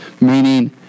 Meaning